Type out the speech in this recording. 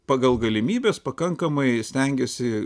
pagal galimybes pakankamai stengiesi